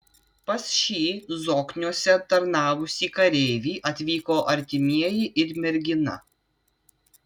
pas šį zokniuose tarnavusį kareivį atvyko artimieji ir mergina